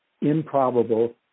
improbable